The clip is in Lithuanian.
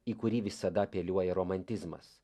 į kurį visada apeliuoja romantizmas